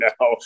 now